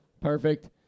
Perfect